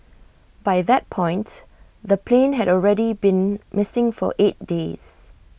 by that point the plane had already been missing for eight days